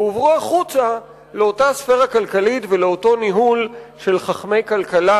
והוצאו החוצה לאותה ספרה כלכלית ולאותו ניהול של חכמי כלכלה,